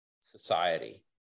society